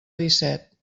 disset